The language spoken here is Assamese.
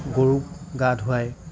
গৰু গা ধোৱাই